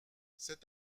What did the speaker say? cet